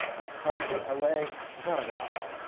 and it's called the allais paradox.